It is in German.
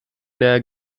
der